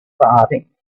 farting